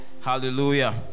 Hallelujah